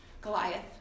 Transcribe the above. Goliath